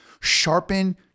Sharpen